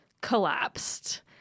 collapsed